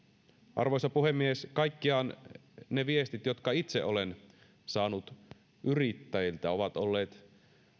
arvoisa puhemies kaikkiaan ne viestit jotka itse olen saanut yrittäjiltä ovat olleet